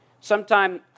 sometime